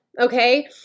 okay